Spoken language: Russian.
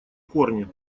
корни